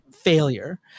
failure